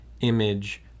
image